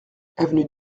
avenue